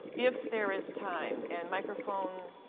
if there is time. and microphone